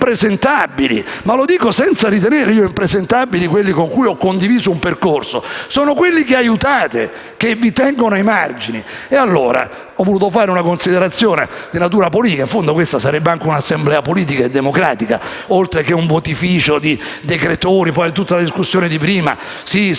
E lo dico senza ritenere impresentabili quelli con i quali ho condiviso un percorso. Sono quelli che aiutate che vi tengono ai margini. Ho voluto fare una considerazione di natura politica. In fondo, questa sarebbe anche una Assemblea politica e democratica, oltre che un votificio su decretoni. Quanto alla discussione precedente: se il